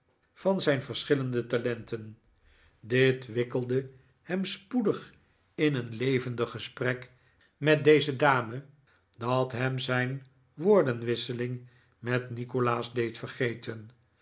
van zijn verschillende talenten dit wikkelde hem spoedig in een levendig gesprek met deze dame dat hem zijn woordenwisseling met nikolaas deed vergeten